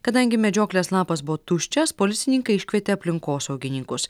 kadangi medžioklės lapas buvo tuščias policininkai iškvietė aplinkosaugininkus